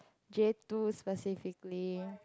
J two specifically